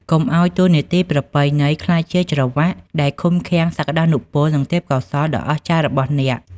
កុំឱ្យតួនាទីប្រពៃណីក្លាយជា "ច្រវ៉ាក់" ដែលឃុំឃាំងសក្តានុពល និងទេពកោសល្យដ៏អស្ចារ្យរបស់អ្នកឡើយ។